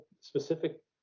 specific